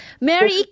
Mary